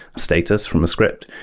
status from a script.